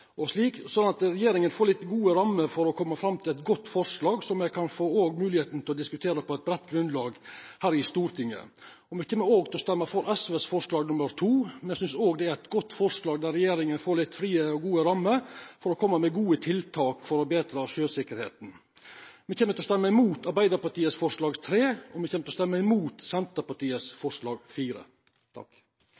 at regjeringa får nokre gode rammer for å koma fram til eit godt forslag, så me kan få moglegheit til å diskutera det på eit breitt grunnlag òg her i Stortinget. Me kjem òg til å røysta for forslag nr. 2, frå SV. Me synest òg dette er eit godt forslag, der regjeringa får litt frie og gode rammer for å koma med gode tiltak for å betra sjøsikkerheita. Me kjem til å røysta imot forslag nr. 3, frå Arbeidarpartiet, Kristeleg Folkeparti, Senterpartiet og Venstre, og me kjem til å røysta imot